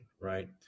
right